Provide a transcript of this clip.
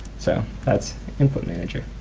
so that's input manager.